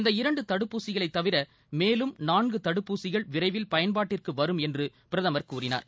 இந்த இரண்டு தடுப்பூசிகளை தவிர மேலும் நான்கு தடுப்பூசிகள் விரைவில் பயன்பாட்டிற்கு வரும் என்று பிரதமர் கூறினார்